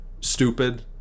stupid